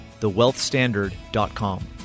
thewealthstandard.com